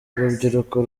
urubyiruko